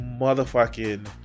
motherfucking